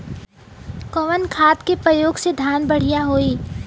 कवन खाद के पयोग से धान बढ़िया होई?